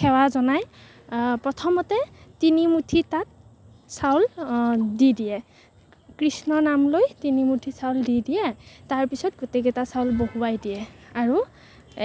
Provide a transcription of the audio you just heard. সেৱা জনাই প্ৰথমতে তিনিমুঠি তাত চাউল দি দিয়ে কৃষ্ণ নাম লৈ তিনিমুঠি চাউল দি দিয়ে তাৰপিছত গোটেইকেইটা চাউল বহুৱাই দিয়ে আৰু